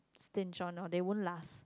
stint on or they won't last